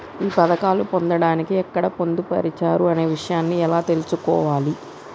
ఈ పథకాలు పొందడానికి ఎక్కడ పొందుపరిచారు అనే విషయాన్ని ఎలా తెలుసుకోవాలి?